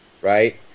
right